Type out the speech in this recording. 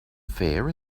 fair